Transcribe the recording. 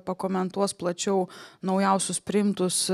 pakomentuos plačiau naujausius priimtus